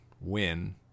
win